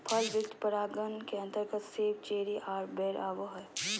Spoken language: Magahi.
फल वृक्ष परागण के अंतर्गत सेब, चेरी आर बेर आवो हय